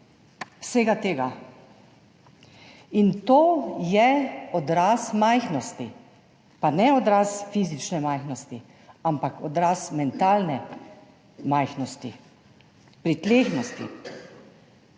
vsega tega. To je odraz majhnosti, pa ne odraz fizične majhnosti, ampak odraz mentalne majhnosti, pritlehnosti.